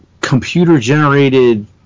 computer-generated